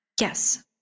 Yes